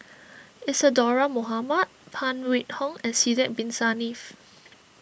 Isadhora Mohamed Phan Wait Hong and Sidek Bin Saniff